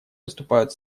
выступают